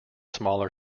smaller